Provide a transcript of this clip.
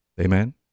Amen